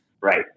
Right